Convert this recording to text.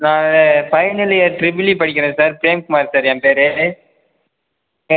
நான் இது final year triple E படிக்கிறேன் சார் ப்ரேம் குமார் சார் என் பேர்